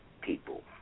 people